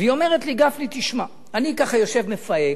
ואומרת לי: גפני, תשמע, אני ככה יושב, מפהק,